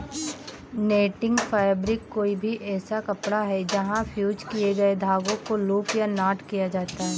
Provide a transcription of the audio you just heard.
netting fabric कोई भी ऐसा कपड़ा है जहाँ फ़्यूज़ किए गए धागों को लूप या नॉट किया जाता है